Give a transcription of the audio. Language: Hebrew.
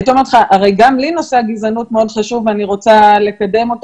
הייתי אומרת לך שהרי גם לי נושא הגזענות מאוד חשוב ואני רוצה לקדם אותו